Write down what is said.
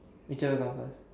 which one come first